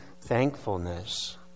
thankfulness